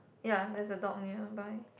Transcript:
ya there's a dog nearby